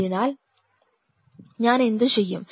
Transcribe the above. അതിനാൽ ഞാൻ എന്തു ചെയ്യും